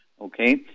okay